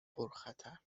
پرخطر